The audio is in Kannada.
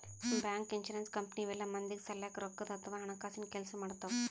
ಬ್ಯಾಂಕ್, ಇನ್ಸೂರೆನ್ಸ್ ಕಂಪನಿ ಇವೆಲ್ಲ ಮಂದಿಗ್ ಸಲ್ಯಾಕ್ ರೊಕ್ಕದ್ ಅಥವಾ ಹಣಕಾಸಿನ್ ಕೆಲ್ಸ್ ಮಾಡ್ತವ್